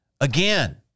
Again